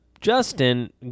Justin